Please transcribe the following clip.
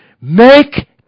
Make